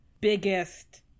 biggest